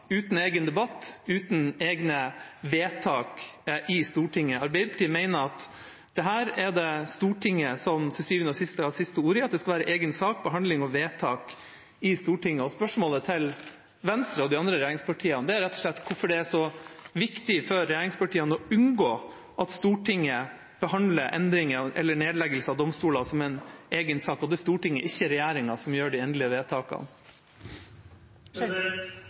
uten egen debatt, uten egne vedtak i Stortinget. Arbeiderpartiet mener at her er det Stortinget som til syvende og sist skal ha siste ordet, at det skal være en egen sak, behandling og vedtak i Stortinget. Spørsmålet til Venstre og de andre regjeringspartiene er rett og slett hvorfor det er så viktig for regjeringspartiene å unngå at Stortinget behandler endringer eller nedleggelse av domstoler som en egen sak, og at det er Stortinget, ikke regjeringa, som gjør de endelige vedtakene.